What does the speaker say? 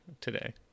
today